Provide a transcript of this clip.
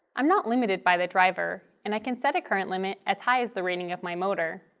i'm not limited by the driver, and i can set a current limit as high as the rating of my motor.